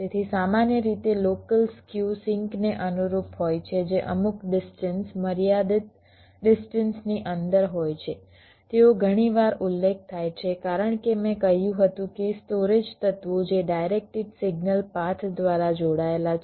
તેથી સામાન્ય રીતે લોકલ સ્ક્યુ સિંકને અનુરૂપ હોય છે જે અમુક ડિસ્ટન્સ મર્યાદિત ડિસ્ટન્સની અંદર હોય છે તેઓ ઘણીવાર ઉલ્લેખ થાય છે કારણ કે મેં કહ્યું હતું કે સ્ટોરેજ તત્વો જે ડાઇરેક્ટેડ સિગ્નલ પાથ દ્વારા જોડાયેલા છે